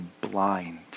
blind